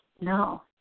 No